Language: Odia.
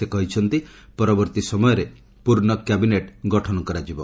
ସେ କହିଛନ୍ତି ପରବର୍ତ୍ତୀ ସମୟରେ ପୂର୍ଣ୍ଣ କ୍ୟାବିନେଟ୍ ଗଠନ କରାଯିବ